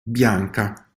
bianca